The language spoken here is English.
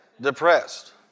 depressed